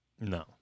no